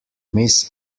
miss